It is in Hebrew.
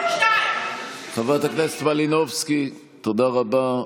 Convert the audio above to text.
חברת הכנסת מלינובסקי, תודה רבה.